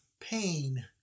Pain